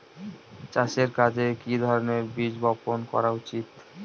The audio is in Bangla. চাষের কাজে কি ধরনের বীজ বপন করা উচিৎ?